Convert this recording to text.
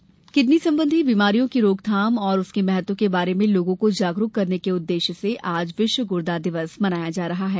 गुर्दा दिवस किडनी संबंधी बीमारियों की रोकथाम और उसके महत्व के बारे में लोगों को जागरुक करने के उद्देश्य से आज विश्व गुर्दा दिवस मनाया जा रहा है